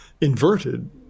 inverted